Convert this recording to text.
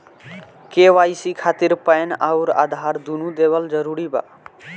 KYC खातिर PAN आउर आधार दुनों देवल जरूरी बा?